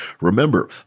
Remember